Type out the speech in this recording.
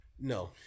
No